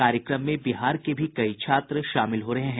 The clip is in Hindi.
कार्यक्रम में बिहार के भी कई छात्र शामिल हो रहे हैं